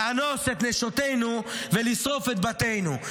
לאנוס את נשותינו ולשרוף את בתינו.